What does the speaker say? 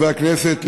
חברי הכנסת,